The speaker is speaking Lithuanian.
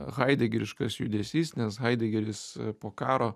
haidegeriškas judesys nes haidegeris po karo